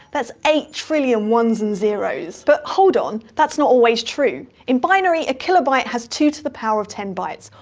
that's eight trillion ones and zeros. but hold on! that's not always true. in binary, a kilobyte has two to the power of ten bytes,